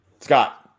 Scott